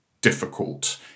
Difficult